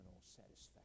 satisfaction